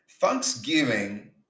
Thanksgiving